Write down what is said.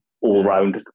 all-round